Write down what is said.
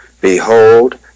Behold